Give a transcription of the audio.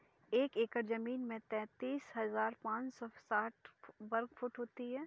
एक एकड़ जमीन तैंतालीस हजार पांच सौ साठ वर्ग फुट होती है